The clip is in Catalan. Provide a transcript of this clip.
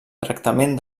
tractament